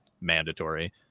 mandatory